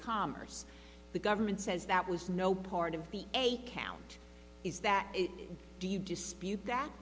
commerce the government says that was no part of the eight count is that do you dispute that